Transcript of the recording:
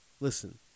listen